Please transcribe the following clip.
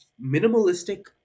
minimalistic